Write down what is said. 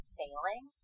failing